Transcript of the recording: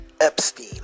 Epstein